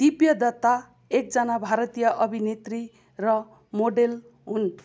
दिव्य दत्ता एकजना भारतीय अभिनेत्री र मोडेल हुन्